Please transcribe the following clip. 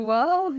Wow